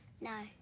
No